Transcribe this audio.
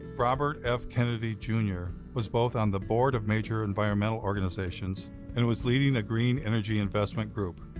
robert f. kennedy, jr, was both on the board of major environmental organizations and was leading a green energy investment group.